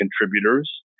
contributors